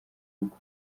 mvugo